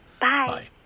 Bye